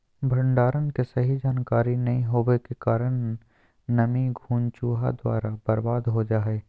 भंडारण के सही जानकारी नैय होबो के कारण नमी, घुन, चूहा द्वारा बर्बाद हो जा हइ